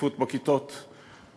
הצפיפות בכיתות תקטן,